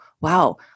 wow